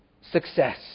success